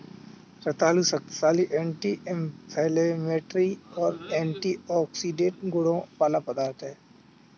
रतालू शक्तिशाली anti inflammatory और एंटीऑक्सीडेंट गुणों वाला पदार्थ है